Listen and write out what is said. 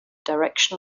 direction